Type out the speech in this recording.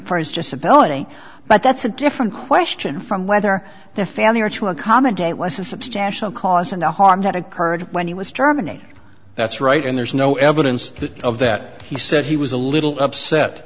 for his disability but that's a different question from whether the failure to accommodate was a substantial cause and a harm that occurred when he was terminated that's right and there's no evidence of that he said he was a little upset